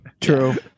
True